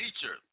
Teacher